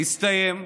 הסתיים,